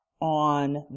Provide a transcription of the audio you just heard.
on